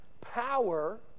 power